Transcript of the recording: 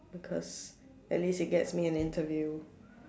because at least it gets me an interview